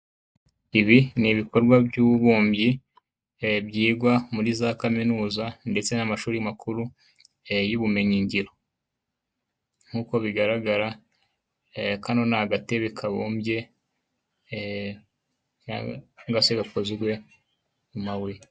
Ibi ni ibikorwa by'ububumbyi, byigwa muri za Kaminuza ndetse n'amashuri makuru y'ubumenyi ngiro. Nkuko bigaragara, kano ni agatebe kabumbye cyangwa se gakozwe mu mabuye.